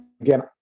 again